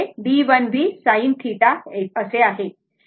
तर ते Bl v sin θ आहे बरोबर